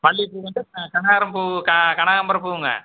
மல்லிகைப் பூங்க ஆ கனகாமரம் பூ கனகாம்பரம் பூங்க